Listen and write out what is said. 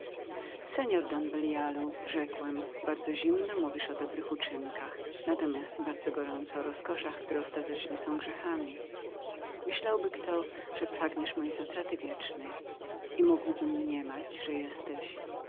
przewyższać don belialu rzekłem bardzo zimno mówisz o dobrych uczynkach ale natomiast bardzo gorąco o rozkoszach które ostatecznie są grzechami myślałby kto że chcesz moją duszę i mógłbym mniemać że jesteś